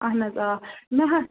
اَہَن حظ آ مےٚ حظ